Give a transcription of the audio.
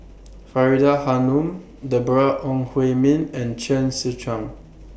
Faridah Hanum Deborah Ong Hui Min and Chen Sucheng